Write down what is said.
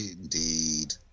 Indeed